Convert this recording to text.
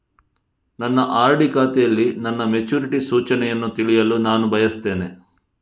ನನ್ನ ಆರ್.ಡಿ ಖಾತೆಯಲ್ಲಿ ನನ್ನ ಮೆಚುರಿಟಿ ಸೂಚನೆಯನ್ನು ತಿಳಿಯಲು ನಾನು ಬಯಸ್ತೆನೆ